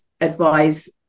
advise